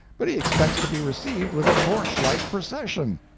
but he expects to be received with a torchlight procession.